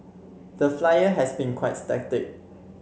the Flyer has been quite static